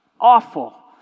awful